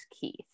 Keith